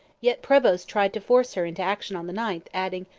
yet prevost tried to force her into action on the ninth, adding,